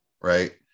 right